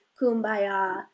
kumbaya